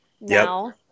now